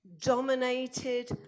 Dominated